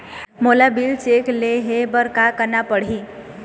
मोला bill check ले हे बर का करना पड़ही ही?